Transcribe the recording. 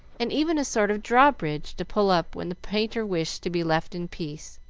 and even a sort of drawbridge to pull up when the painter wished to be left in peace.